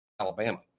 Alabama